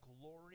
glory